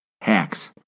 Hacks